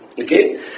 Okay